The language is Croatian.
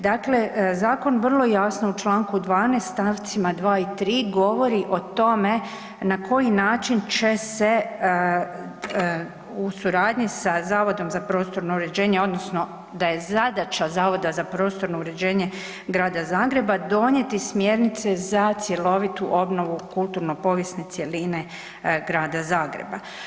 Dakle, zakon vrlo jasno u Članku 12. stavcima 2. i 3. govori o tome na koji način će se u suradnji sa Zavodom za prostorno uređenje odnosno da je zadaća Zavoda za prostorno uređenje Grada Zagreba donijeti smjernice za cjelovitu obnovu kulturno-povijesne cjeline Grada Zagreba.